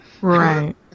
Right